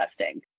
testing